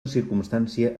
circumstància